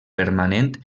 permanent